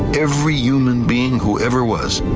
every human being who ever was,